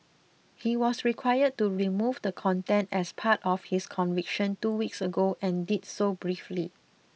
he was required to remove the content as part of his conviction two weeks ago and did so briefly